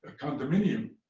condominium,